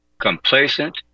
complacent